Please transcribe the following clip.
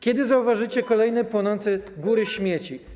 Kiedy zauważycie kolejne płonące góry śmieci?